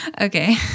Okay